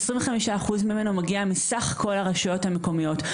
25% מסך התקצבי מגיע מסך כל הרשויות המקומיות,